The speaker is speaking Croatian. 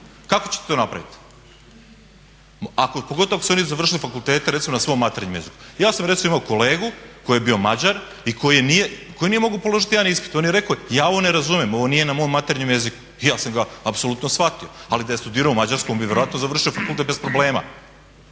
Kako ćete to napraviti? Pogotovo ako su oni završili fakultete recimo na svom materinjem jeziku. Ja sam recimo imao kolegu koji je bio Mađar i koji nije mogao položiti jedan ispit. On je rekao ja ovo ne razumijem, ovo nije na mom materinjem jeziku. I ja sam ga apsolutno shvatio. Ali da je studirao u Mađarskoj on bi vjerojatno završio fakultet bez problema.